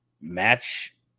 match